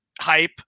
hype